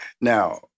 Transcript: Now